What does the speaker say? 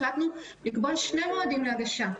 החלטנו לקבוע שני מועדים להגשה.